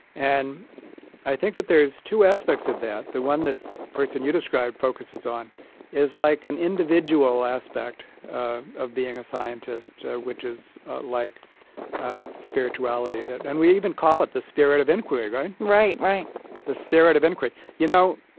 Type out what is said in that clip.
and i think that there is two aspects of that. the one that the person you described focuses on is like an individual aspect of being a scientist, which is like spirituality. and we even call it the spirit of inquiry, right? right, right the spirit of inquiry. you know,